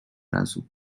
razu